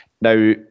Now